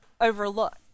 overlook